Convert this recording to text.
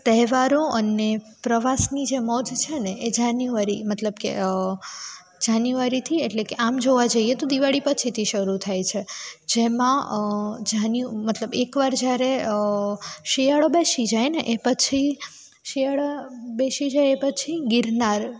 તહેવારો અને પ્રવાસની જે મોજ છે ને એ જાન્યુઆરી મતલબ કે જાન્યુઆરીથી એટલે કે આમ જોવા જઈએ તો દિવાળી પછીથી શરૂ થાય છે જેમાં જાન્યુ મતલબ એક વાર જ્યારે શિયાળો બેસી જાય ને એ પછી શિયાળા બેસી જાય એ પછી ગિરનાર